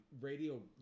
radio